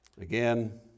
Again